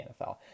NFL